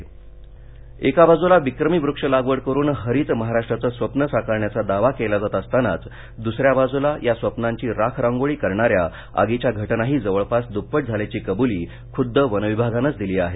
जंगल वणवा इंट्रो एका बाजूला विक्रमी वृक्ष लागवड करून हरित महाराष्ट्राचं स्वप्न साकारण्याचा दावा केला जात असतानाच दुसऱ्या बाजूला या स्वप्नाची राखरांगोळी करणाऱ्या आगीच्या घटनाही जवळपास दृप्पट झाल्याची कबुली खुद्द वन विभागानंच दिली आहे